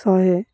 ଶହେ